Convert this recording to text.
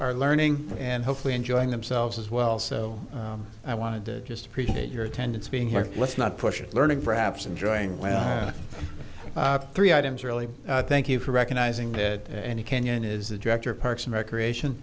are learning and hopefully enjoying themselves as well so i wanted to just appreciate your attendance being here let's not push it learning perhaps enjoying well three items really thank you for recognizing that any canyon is a director parks and recreation